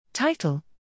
Title